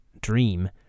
Dream